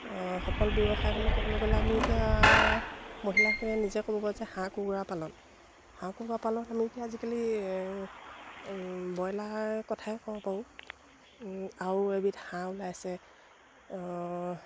সফল ব্যৱসায় বুলি ক'বলৈ গ'লে আমি এতিয়া মহিলাকে নিজে ক'ব যে হাঁহ কুকুৰা পালন হাঁহ কুকুৰা পালনত আমি এতিয়া আজিকালি ব্ৰইলাৰ কথাই ক'ব পাৰোঁ আৰু এবিধ হাঁহ ওলাইছে